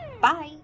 Bye